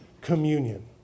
communion